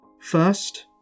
First